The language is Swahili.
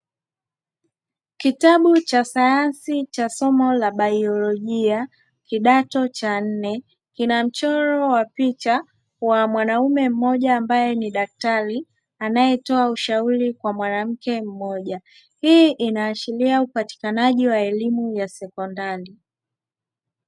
Kitabu cha sayansi cha somo la biolojia kidato cha nne, kina mchoro wa picha wa mwanaume mmoja ambaye ni daktari anayetoa ushauri kwa mwanamke mmoja. Hii inaashiria upatikanaji wa elimu ya sekondari.